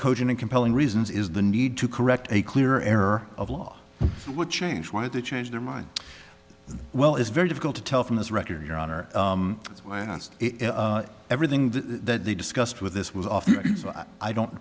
cogent compelling reasons is the need to correct a clear error of law would change wanted to change their mind well it's very difficult to tell from this record your honor everything that they discussed with this was i don't